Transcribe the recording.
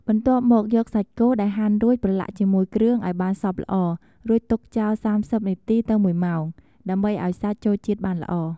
បន្ទាប់មកយកសាច់គោដែលហាន់រួចប្រឡាក់ជាមួយគ្រឿងឱ្យបានសព្វល្អ រួចទុកចោល ៣០ នាទីទៅ ១ ម៉ោង ដើម្បីឱ្យសាច់ចូលជាតិបានល្អ។